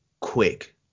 quick